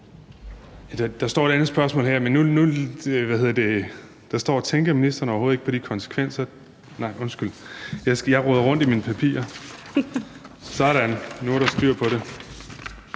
Der står et andet spørgsmål her i mine papirer. Der står: Tænker ministeren overhovedet ikke på de konsekvenser ... Nej, undskyld, jeg roder rundt i mine papirer. Sådan, nu er der styr på det.